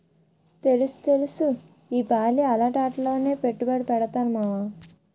తెలుస్తెలుసు ఈపాలి అలాటాట్లోనే పెట్టుబడి పెడతాను మావా